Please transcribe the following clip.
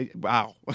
wow